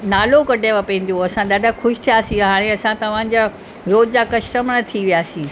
नालो कढियव पंहिंजो असां ॾाढा ख़ुशि थियासीं हाणे असां तव्हांजा रोज़ जा कस्टमर थी वियासीं